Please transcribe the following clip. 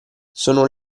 sono